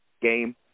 game